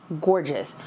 gorgeous